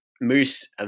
Moose